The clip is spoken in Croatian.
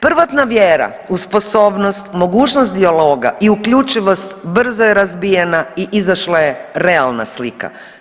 Prvotna vjera u sposobnost, mogućnost dijaloga i uključivost brzo je razbijena i izašla je realna slika.